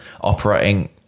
operating